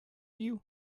you